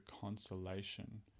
consolation